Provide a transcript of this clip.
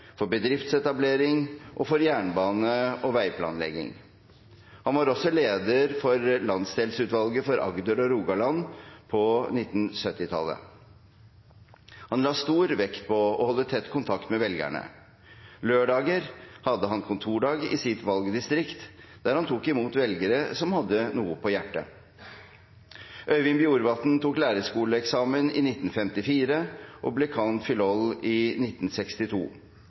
for bedriftsetablering og for jernbane- og veiplanlegging. Han var også leder for Landsdelskomiteen for Agder og Rogaland på 1970-tallet. Han la stor vekt på å holde tett kontakt med velgerne. Lørdager hadde han kontordag i sitt valgdistrikt, der han tok imot velgere som hadde noe på hjertet. Øyvind Bjorvatn tok lærerskoleeksamen i 1954, og ble cand.philol. i 1962.